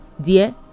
dear